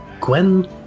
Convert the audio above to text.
Gwen